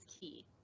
key